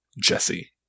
Jesse